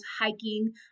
hiking